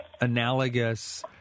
analogous